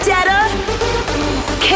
Data